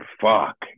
fuck